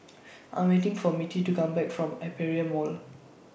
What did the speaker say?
I'm waiting For Mittie to Come Back from Aperia Mall